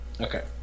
Okay